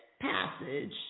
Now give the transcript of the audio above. passage